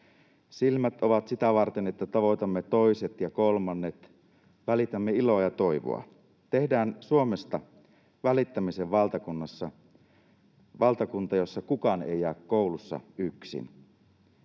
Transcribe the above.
Silmät ovat sitä varten, että tavoitamme toiset ja kolmannet, välitämme iloa ja toivoa. Tehdään Suomesta välittämisen valtakunta, jossa kukaan ei jää koulussa yksin.